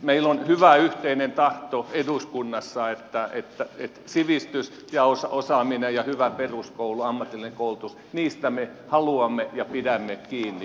meillä on hyvä yhteinen tahto eduskunnassa että sivistyksestä osaamisesta hyvästä peruskoulusta ja ammatillisesta koulutuksesta me haluamme pitää ja pidämme kiinni